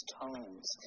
tones